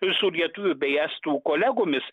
su lietuvių bei estų kolegomis